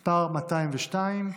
מס' 202,